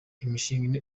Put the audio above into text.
imishinga